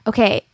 Okay